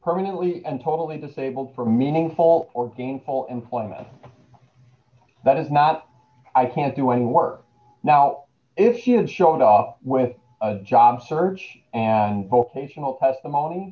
permanently and totally disabled for meaningful or gainful employment that is not i can't do any work now if you had showed off with a job search and vocational testimony